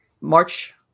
March